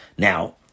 Now